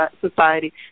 Society